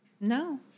no